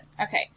Okay